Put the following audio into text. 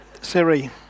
Siri